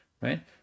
right